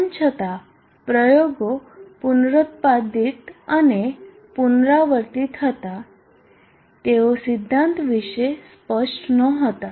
તેમ છતાં પ્રયોગો પુનરુત્પાદિત અને પુનરાવર્તનીય હતા તેઓ સિદ્ધાંત વિશે સ્પષ્ટ નહોતા